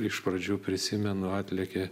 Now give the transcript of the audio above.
iš pradžių prisimenu atlėkė